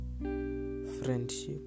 friendship